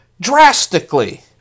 drastically